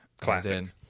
Classic